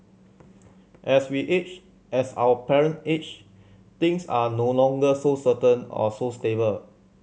as we age as our parent age things are no longer so certain or so stable